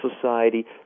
society